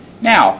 Now